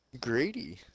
Grady